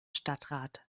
stadtrat